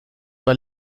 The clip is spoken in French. pas